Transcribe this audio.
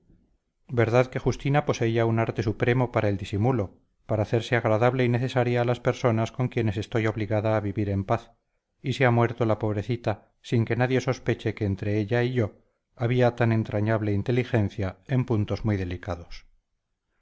verdad que justina poseía un arte supremo para el disimulo para hacerse agradable y necesaria a las personas con quienes estoy obligada a vivir en paz y se ha muerto la pobrecita sin que nadie sospeche que entre ella y yo había tan entrañable inteligencia en puntos muy delicados